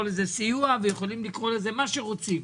לזה סיוע ויכולים לקרוא לזה מה שרוצים,